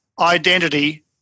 identity